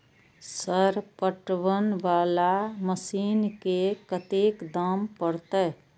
Sir पटवन वाला machine के कतेक दाम परतें?